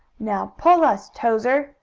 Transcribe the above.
now pull us, towser!